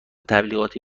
تبلیغاتی